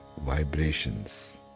vibrations